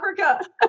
Africa